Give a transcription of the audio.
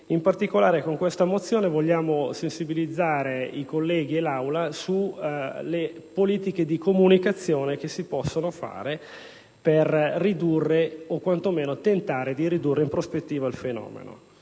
In particolare, con la mozione in esame vogliamo sensibilizzare i colleghi e l'Assemblea intera sulle politiche di comunicazione che si possono fare per ridurre o quanto meno per tentare di ridurre in prospettiva il fenomeno.